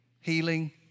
healing